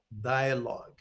dialogue